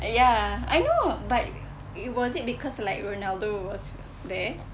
ya I know but was it because ronaldo was there